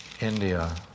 India